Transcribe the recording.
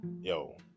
yo